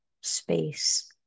space